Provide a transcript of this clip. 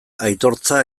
aitortza